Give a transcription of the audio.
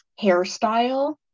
hairstyle